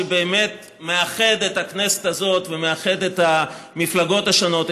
שבאמת מאחד את הכנסת הזאת ומאחד את המפלגות השונות,